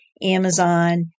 Amazon